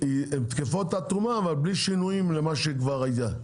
שהן תקפות עד תומה אבל בלי שינויים למה שכבר היה,